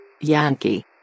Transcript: Yankee